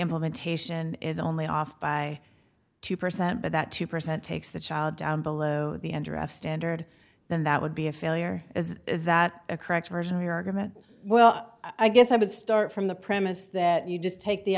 implementation is only off by two percent but that two percent takes the child down below the end of standard then that would be a failure as is that a correct version of your argument well i guess i would start from the premise that you just take the